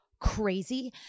crazy